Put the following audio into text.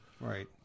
Right